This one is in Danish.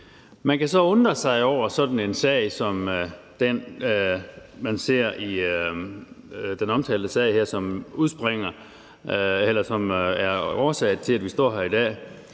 Man kan så undre sig over sådan noget som det, man ser i den omtalte sag her, som er årsag til, at vi står her i dag.